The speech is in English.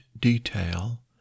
detail